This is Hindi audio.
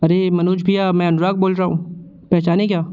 अरे मनोज भैया मैं अनुराग बोल रहा हूँ पहुँच क्या